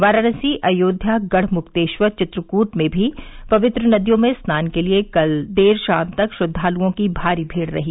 वाराणसी अयोध्या गढ़मुक्तेश्वर चित्रकूट में भी पंवित्र नदियों में स्नान के लिए कल देर शाम तक श्रद्वालुओं की भारी भीड रही